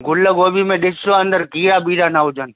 गुलगोभी में ॾिसिजो अंदरि कीड़ा वीड़ा न हुजनि